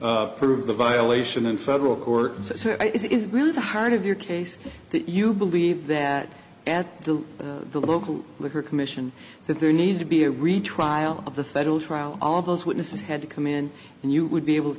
claim prove the violation in federal court it is really the heart of your case that you believe that at the local liquor commission that there need to be a retrial of the federal trial all those witnesses had to come in and you would be able to